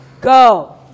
go